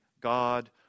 God